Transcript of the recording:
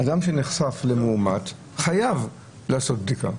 אדם שנחשף למאומת חייב לעשות בדיקה.